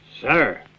Sir